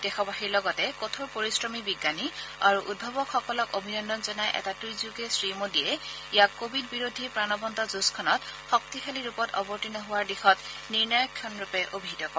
দেশবাসীৰ লগতে কঠোৰ পৰিশ্ৰমী বিজ্ঞানী আৰু উদ্ভাৱকসকলক অভিনন্দন জনাই এটা টুইটযোগে শ্ৰীমোদীয়ে ইয়াক কোৱিড বিৰোধী প্ৰাণৱন্ত যুঁজখনত শক্তিশালী ৰূপত অৱতীৰ্ণ হোৱাৰ দিশত নিৰ্ণায়ক ক্ষণৰূপে অভিহিত কৰে